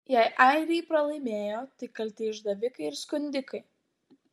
jei airiai pralaimėjo tai kalti išdavikai ir skundikai